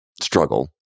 struggle